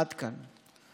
עד כאן.